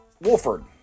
Wolford